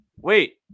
wait